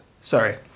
Sorry